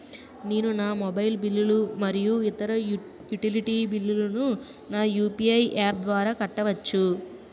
నేను నా మొబైల్ బిల్లులు మరియు ఇతర యుటిలిటీ బిల్లులను నా యు.పి.ఐ యాప్ ద్వారా కట్టవచ్చు